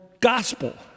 gospel